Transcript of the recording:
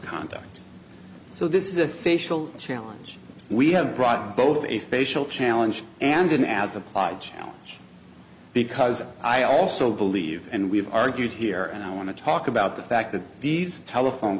conduct so this is a facial challenge we have brought both a facial challenge and an as applied challenge because i also believe and we have argued here and i want to talk about the fact that these telephone